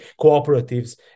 cooperatives